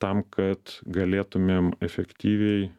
tam kad galėtumėm efektyviai